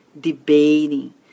Debating